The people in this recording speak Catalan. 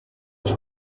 els